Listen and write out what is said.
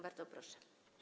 Bardzo proszę.